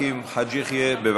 עכשיו